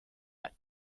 that